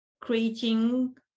creating